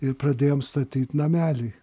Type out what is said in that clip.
ir pradėjom statyt namelį